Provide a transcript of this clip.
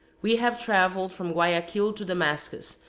we have traveled from guayaquil to damascus,